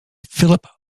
philip